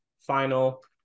final